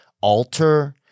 alter